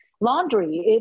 laundry